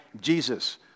Jesus